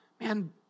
Man